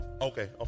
okay